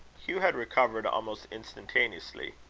hugh had recovered almost instantaneously.